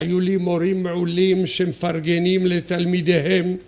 היו לי מורים מעולים שמפרגנים לתלמידיהם